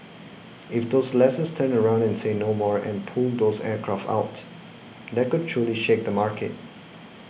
if those lessors turn around and say 'no more' and pull those aircraft out that could truly shake the market